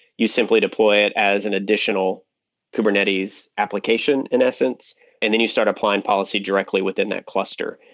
you simply deploy it as an additional kubernetes application in essence and then you start applying policy directly within that cluster.